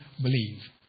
believe